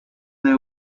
they